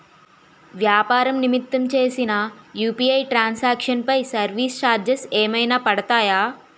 వ్యాపార నిమిత్తం చేసిన యు.పి.ఐ ట్రాన్ సాంక్షన్ పై సర్వీస్ చార్జెస్ ఏమైనా పడతాయా?